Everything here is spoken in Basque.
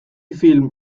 film